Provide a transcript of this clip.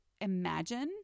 imagine